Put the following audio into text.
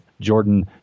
Jordan